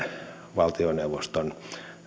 valtioneuvoston